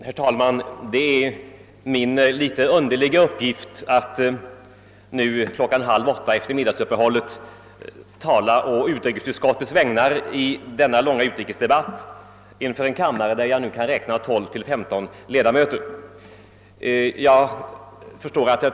Herr talman! Det är min litet underliga uppgift att nu kl. 19.30 efter middagsuppehållet tala å utskottets vägnar i denna långa utrikesdebatt inför en kammare, där jag kan räkna 12—15 1edamöter.